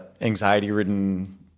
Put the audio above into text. anxiety-ridden